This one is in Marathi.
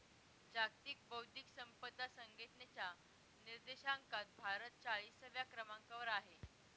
जागतिक बौद्धिक संपदा संघटनेच्या निर्देशांकात भारत चाळीसव्या क्रमांकावर आहे